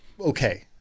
okay